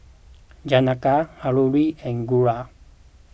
Janaki Alluri and Guru